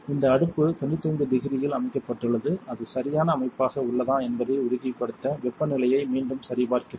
இந்த அடுப்பு 95 டிகிரியில் அமைக்கப்பட்டுள்ளது அது சரியான அமைப்பாக உள்ளதா என்பதை உறுதிப்படுத்த வெப்பநிலையை மீண்டும் சரிபார்க்கிறேன்